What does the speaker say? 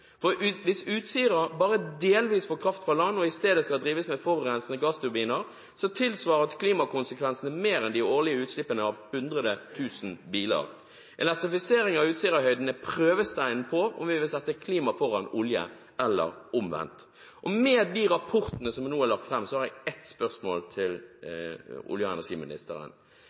Hvis Utsirahøyden bare delvis får kraft fra land og i stedet skal drives med forurensende gassturbiner, tilsvarer klimakonsekvensene mer enn de årlige utslippene av 100 000 biler. Elektrifisering av Utsirahøyden er prøvesteinen på om vi vil sette klima foran olje eller omvendt. Med de rapportene som nå er lagt fram, har jeg ett spørsmål til olje- og energiministeren: